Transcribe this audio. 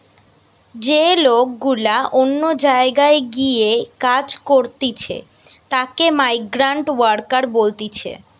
যে লোক গুলা অন্য জায়গায় গিয়ে কাজ করতিছে তাকে মাইগ্রান্ট ওয়ার্কার বলতিছে